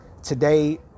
Today